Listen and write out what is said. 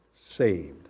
saved